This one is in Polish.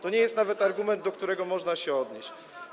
To nie jest nawet argument, do którego można się odnieść.